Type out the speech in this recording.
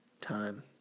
time